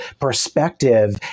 perspective